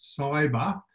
cyber